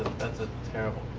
that's a terrible